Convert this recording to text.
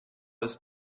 ist